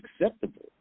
acceptable